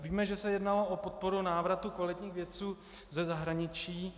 Víme, že se jednalo o podporu návratu kvalitních vědců ze zahraničí.